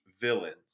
villains